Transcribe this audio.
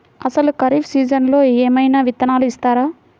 అసలు ఖరీఫ్ సీజన్లో ఏమయినా విత్తనాలు ఇస్తారా?